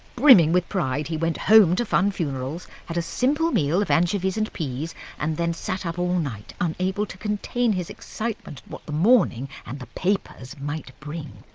brimming with pride, he went home to funn funerals, had a simple meal of anchovies and peas, and then sat up all night, unable to contain his excitement at what the morning and the papers might bring.